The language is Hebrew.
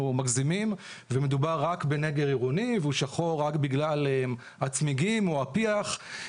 מגזימים ומדובר רק בנגר עירוני והוא שחור רק בגלל הצמיגים או הפיח,